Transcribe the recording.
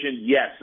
Yes